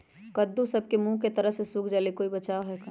कददु सब के मुँह के तरह से सुख जाले कोई बचाव है का?